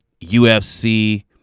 UFC